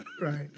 Right